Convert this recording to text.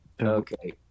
Okay